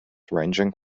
ranging